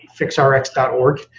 fixrx.org